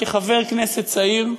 כחבר כנסת צעיר,